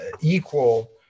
equal